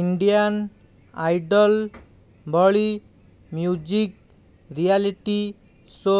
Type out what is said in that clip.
Indian Idol ଭଳି music reality show